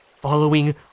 following